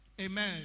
Amen